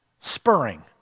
Spurring